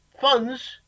funds